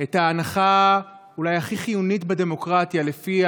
את ההנחה אולי הכי חיונית בדמוקרטיה שלפיה